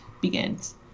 begins